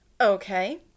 Okay